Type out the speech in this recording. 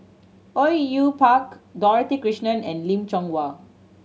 Au Yue Pak Dorothy Krishnan and Lim Chong Yah